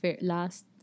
last